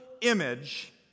image